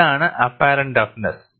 ഇതാണ് apparent toughness